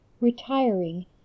retiring